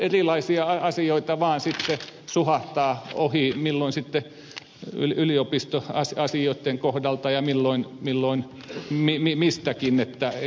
erilaisia asioita vain suhahtaa ohi milloin sitten yliopistoasioitten kohdalta ja milloin mistäkin